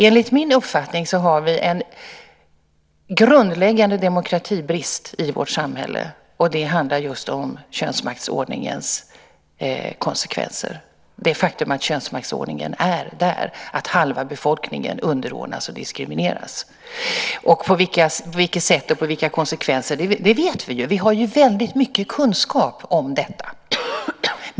Enligt min uppfattning har vi en grundläggande demokratibrist i vårt samhälle, och det handlar just om könsmaktsordningens konsekvenser, det faktum att könsmaktsordningen är där, att halva befolkningen underordnas och diskrimineras. På vilket sätt och vilka konsekvenser det får vet vi ju. Vi har väldigt mycket kunskap om detta.